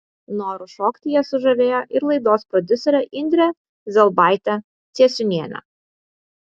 noru šokti jie sužavėjo ir laidos prodiuserę indrę zelbaitę ciesiūnienę